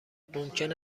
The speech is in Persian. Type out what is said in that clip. ممکن